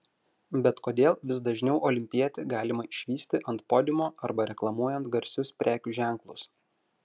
bet kodėl vis dažniau olimpietį galima išvysti ant podiumo arba reklamuojant garsius prekių ženklus